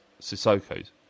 Sissoko's